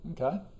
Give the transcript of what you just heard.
Okay